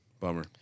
Bummer